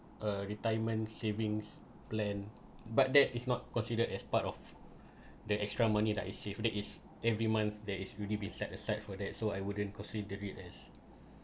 uh retirement savings plan but that is not considered as part of the extra money that is saved that is every month there is really be set aside for that so I wouldn't consider it as